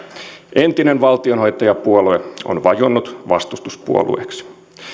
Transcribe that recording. entinen valtionhoitajapuolue on vajonnut vastustuspuolueeksi